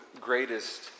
greatest